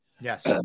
Yes